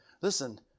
Listen